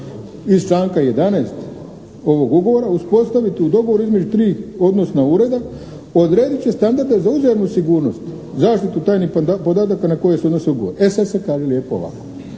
iz članka 11. ovog ugovora uspostaviti u dogovoru između tri, odnosno ureda, odrediti će standarde za uzajamnu sigurnost zaštitu tajnih podataka na koje se odnosi ugovor. E sada se kaže lijepo ovako.